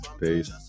Peace